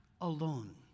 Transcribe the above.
alone